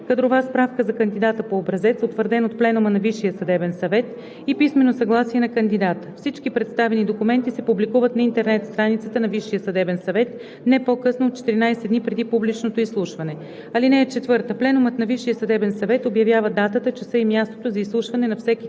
кадрова справка за кандидата по образец, утвърден от пленума на Висшия съдебен съвет, и писмено съгласие на кандидата. Всички представени документи се публикуват на интернет страницата на Висшия съдебен съвет не по-късно от 14 дни преди публичното изслушване. (4) Пленумът на Висшия съдебен съвет обявява датата, часа и мястото за изслушване за всеки